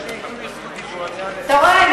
אתה רואה,